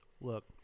look